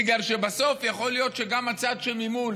בגלל שבסוף יכול להיות שגם הצד שממול,